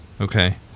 Okay